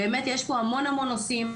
באמת, יש פה המון נושאים.